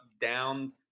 down